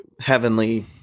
heavenly